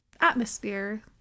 atmosphere